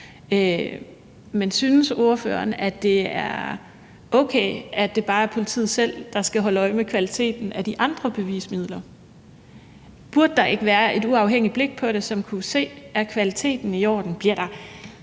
Men synes ordføreren, at det er okay, at det bare er politiet selv, der skal holde øje med kvaliteten af de andre bevismidler? Burde der ikke være et uafhængigt blik på det, som kunne se, om kvaliteten er i orden, og om der